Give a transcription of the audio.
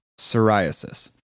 psoriasis